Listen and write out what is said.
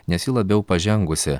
nes ji labiau pažengusi